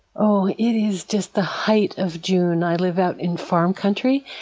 oh, it is just the height of june. i live out in farm country,